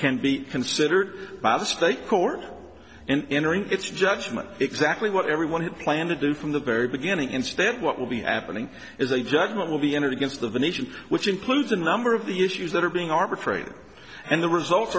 can be considered by the state court and entering its judgment exactly what everyone had planned to do from the very beginning instead what will be happening is a judgment will be entered against of the nation which includes a number of the issues that are being arbitrated and the results